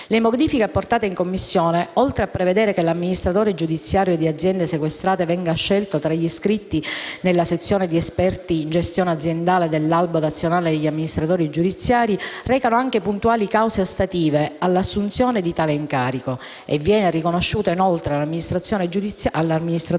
Le modifiche apportate in Commissione, oltre a prevedere che l'amministratore giudiziario di aziende sequestrate venga scelto tra gli iscritti nella sezione di esperti in gestione aziendale dell'albo nazionale degli amministratori giudiziari, recano anche puntuali cause ostative all'assunzione di tale incarico. Viene riconosciuta inoltre all'amministratore giudiziario